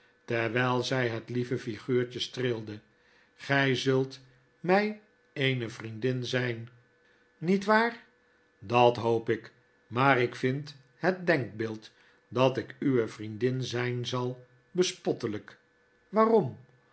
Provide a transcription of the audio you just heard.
terwyl zy het lieve figuurtje streelde gy zult my eene vriendin zyn niet waar dat hoop ik maar ik vind het denkbeeld dat ik uwe vriendin zyn zal bespottelp waarom